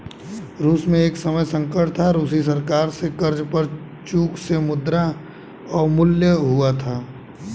रूस में एक समय संकट था, रूसी सरकार से कर्ज पर चूक से मुद्रा अवमूल्यन हुआ था